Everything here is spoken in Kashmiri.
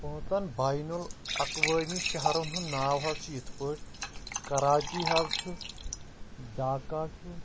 پانٛژَن بَینُ الاقوٲمی شہرَن ہُنٛد ناو حظ چھُ یِتھ پٲٹھۍ کَراچی حظ چھُ ڈھاکہ چھُ